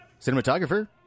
cinematographer